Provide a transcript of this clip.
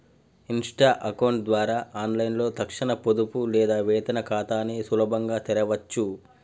Insta account ద్వారా ఆన్లైన్లో తక్షణ పొదుపు లేదా వేతన ఖాతాని సులభంగా తెరవచ్చు